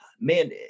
man